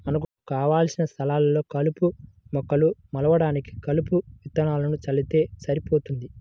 మనకు కావలసిన స్థలాల్లో కలుపు మొక్కలు మొలవడానికి కలుపు విత్తనాలను చల్లితే సరిపోతుంది